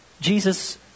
Jesus